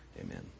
amen